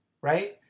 Right